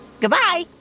Goodbye